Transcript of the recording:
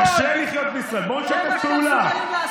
דיבורים כמו חול, זה מה שאתם מסוגלים לעשות.